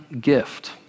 gift